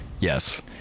Yes